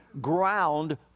ground